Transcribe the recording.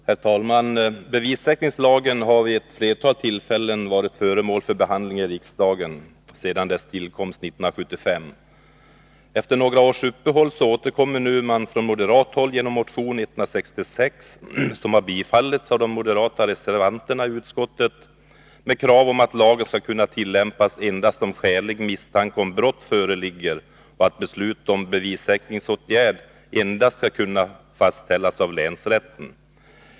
Herr talman! Bevissäkringslagen har sedan sin tillkomst 1975 vid ett flertal tillfällen varit föremål för behandling i riksdagen. Efter några års uppehåll återkommer man nu från moderat håll genom motion nr 166, som tillstyrkts av de moderata reservanterna i utskottet, med krav på att lagen skall kunna tillämpas endast om skälig misstanke om brott föreligger och på att beslut om bevissäkringsåtgärd skall kunna fastställas endast av länsrätten.